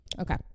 Okay